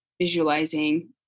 visualizing